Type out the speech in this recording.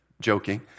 joking